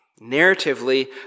Narratively